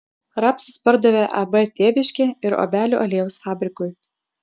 rapsus pardavė ab tėviškė ir obelių aliejaus fabrikui